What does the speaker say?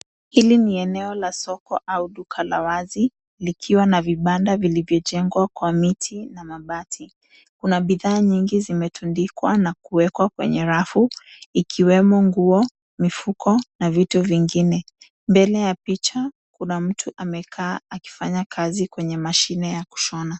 Hili ni eneo la soko au duka la wazi, likiwa na vibanda vilivyojengwa kwa miti na mabati. Kuna bidhaa nyingi zimetundikwa na kuwekwa kwenye rafu, ikiwemo nguo, mifuko na vitu vingine. Mbele ya picha, kuna mtu amekaa akifanya kazi kwenye mashine ya kushona.